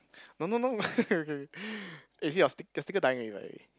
no no no okay is it your stick your sticker dying already right